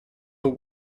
the